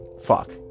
fuck